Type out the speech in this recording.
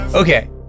okay